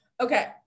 Okay